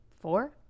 four